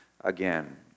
again